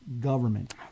government